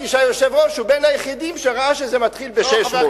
שהיושב-ראש הוא בין היחידים שראו שזה מתחיל ב-600.